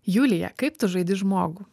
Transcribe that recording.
julija kaip tu žaidi žmogų